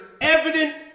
evident